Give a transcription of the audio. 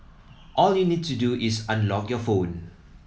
all you'll need to do is unlock your phone